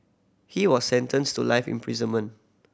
he was sentenced to life imprisonment